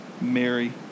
Mary